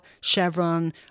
Chevron